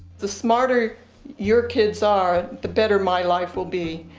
the smarter your kids are, the better my life will be.